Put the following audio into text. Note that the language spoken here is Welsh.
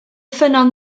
ffynnon